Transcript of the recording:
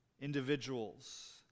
Individuals